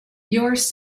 yours